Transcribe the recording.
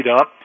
up